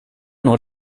nog